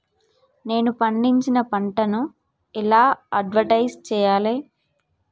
నేను పండించిన పంటను ఎలా అడ్వటైస్ చెయ్యాలే?